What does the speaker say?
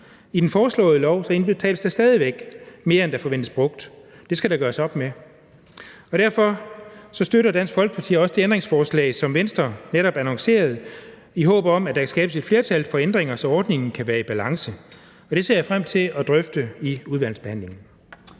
der stadig væk blive indbetalt mere, end der forventes brugt. Det skal der gøres op med. Derfor støtter Dansk Folkeparti også det ændringsforslag, som Venstre netop annoncerede, i håb om at der kan skabes et flertal for ændringer, så ordningen kan være i balance. Det ser jeg frem til at drøfte i udvalgsbehandlingen.